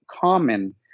common